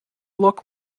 look